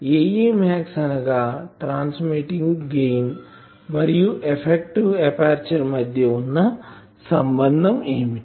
Ae max అనగా transmitting gain మరియు effective aperture మధ్య వున్న సంబంధం ఏమిటి